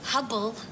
Hubble